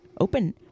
Open